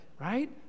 right